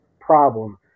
problem